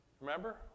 remember